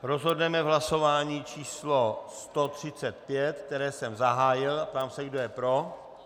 Rozhodneme v hlasování číslo 135, které jsem zahájil, a ptám se, kdo je pro.